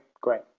great